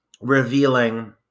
revealing